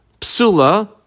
Psula